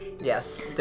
Yes